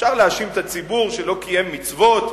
אפשר להאשים את הציבור שלא קיים מצוות,